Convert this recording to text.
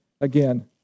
again